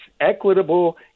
equitable